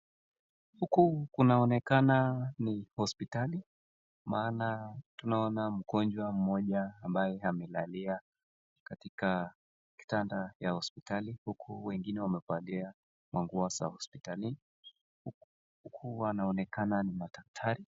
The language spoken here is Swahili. Huku kunaonekana ni hospitali, maana tunaona mgonjwa mmoja ambaye amelalka katika kitanda hospitali huku wengine wamevalia manguo za hospitalini, huku wanaonekana ni madaktari.